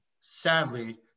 sadly